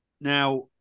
Now